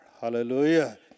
Hallelujah